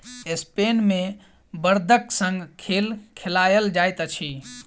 Spain मे बड़दक संग खेल खेलायल जाइत अछि